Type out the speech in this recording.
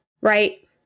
right